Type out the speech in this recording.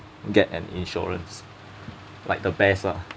get an insurance like the best lah